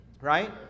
right